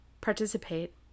participate